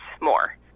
more